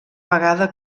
vegada